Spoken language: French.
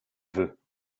veux